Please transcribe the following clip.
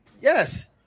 Yes